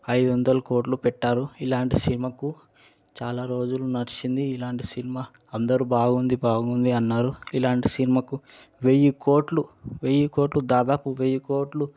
ఐదు వందల కోట్లు పెట్టారు ఇలాంటి సినిమాకు చాలా రోజులు నడిచింది ఇలాంటి సినిమా అందరూ బాగుంది బాగుంది అన్నారు ఇలాంటి సినిమాకు వెయ్యి కోట్లు వెయ్యి కోట్లు దాదాపు వెయ్యి కోట్లు